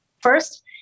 First